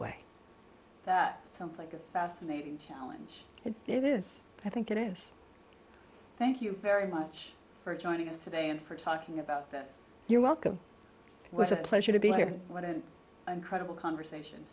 way that sounds like a fascinating challenge it is i think it is thank you very much for joining us today and for talking about your welcome was a pleasure to be here what an incredible conversation